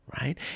right